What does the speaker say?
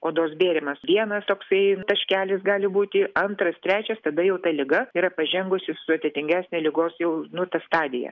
odos bėrimas vienas toksai taškelis gali būti antras trečias tada jau ta liga yra pažengusi sudėtingesnė ligos jau nu ta stadija